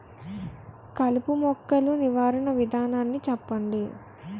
కలుపు మొక్కలు నివారణ విధానాన్ని చెప్పండి?